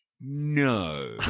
No